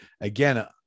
again